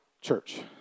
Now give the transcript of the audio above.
church